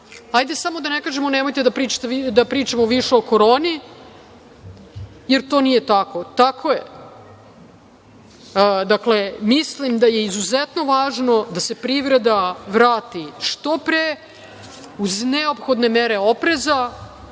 hajde samo da ne kažemo nemojte da pričamo više o Koroni, jer to nije tako. Tako je. Dakle, mislim da je izuzetno važno da se privreda vrati što pre, uz neophodne mere opreza.